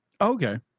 Okay